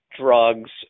drugs